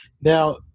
Now